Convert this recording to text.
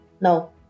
No